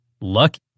Lucky